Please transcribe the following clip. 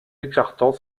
écartant